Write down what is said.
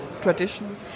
tradition